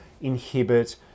inhibit